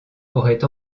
auraient